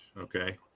Okay